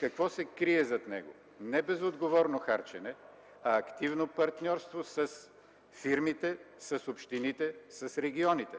Какво се крие зад него? Не безотговорно харчене, а активно партньорство с фирмите, с общините, с регионите.